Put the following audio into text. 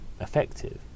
effective